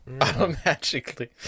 automatically